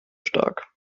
stark